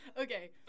Okay